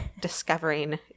discovering